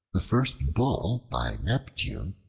the first bull by neptune,